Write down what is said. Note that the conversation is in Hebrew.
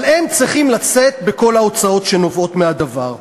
אבל הם צריכים לשאת בכל ההוצאות שנובעות מהדבר.